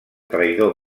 traïdor